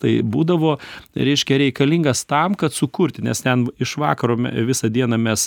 tai būdavo reiškia reikalingas tam kad sukurti nes ten iš vakaro visą dieną mes